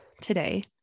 today